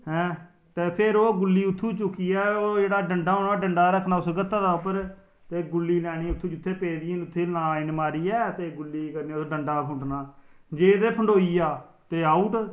हैं फिर ओह् गुल्ली उत्थुू चुक्कियै ते जेह्ड़ा डंडा होना ओह् रक्खना उस गत्ता दे उपर ते गुल्ली लैनी जेहडडी उत्थै पेदी होनी ते गुल्ली लेइयै डंडा फुंडना जे ते फंडोई गेआ ते आउट